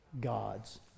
God's